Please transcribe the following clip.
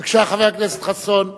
בבקשה, חבר הכנסת חסון,